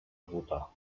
votar